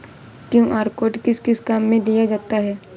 QR code किस किस काम में लिया जाता है?